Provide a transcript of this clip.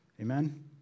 Amen